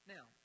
Now